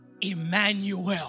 Emmanuel